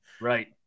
Right